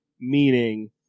meaning